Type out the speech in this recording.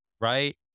right